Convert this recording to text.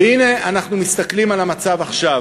והנה, אנחנו מסתכלים על המצב עכשיו.